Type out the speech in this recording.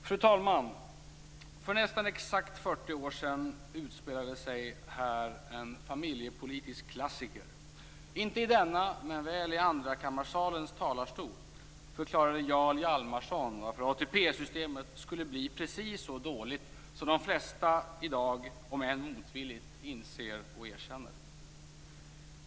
Fru talman! För nästan exakt 40 år sedan utspelade sig här en familjepolitisk klassiker. Inte i plenisalens men väl i andrakammarsalens talarstol förklarade Jarl Hjalmarson varför ATP-systemet skulle bli precis så dåligt som de flesta i dag, om än motvilligt, inser och erkänner.